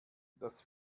das